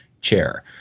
chair